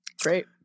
Great